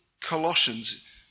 Colossians